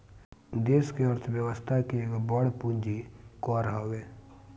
देस के अर्थ व्यवस्था के एगो बड़ पूंजी कर हवे